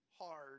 hard